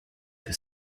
que